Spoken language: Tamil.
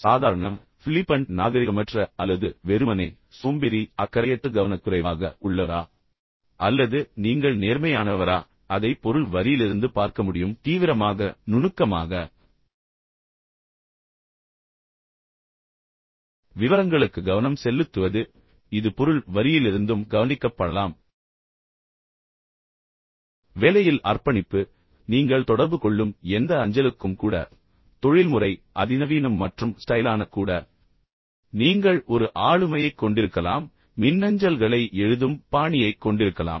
சாதாரண ஃபிளிப்பன்ட் நாகரிகமற்ற அல்லது வெறுமனே சோம்பேறி அக்கறையற்ற கவனக்குறைவாக உள்ளவரா அல்லது நீங்கள் நேர்மையானவரா அதை பொருள் வரியிலிருந்து பார்க்க முடியும் தீவிரமாக நுணுக்கமாக விவரங்களுக்கு கவனம் செல்லுத்துவது இது பொருள் வரியிலிருந்தும் கவனிக்கப்படலாம் வேலையில் அர்ப்பணிப்பு நீங்கள் தொடர்பு கொள்ளும் எந்த அஞ்சலுக்கும் கூட தொழில்முறை அதிநவீன மற்றும் ஸ்டைலான கூட நீங்கள் ஒரு ஆளுமையைக் கொண்டிருக்கலாம் நீங்கள் மின்னஞ்சல்களை எழுதும் பாணியைக் கொண்டிருக்கலாம்